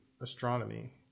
astronomy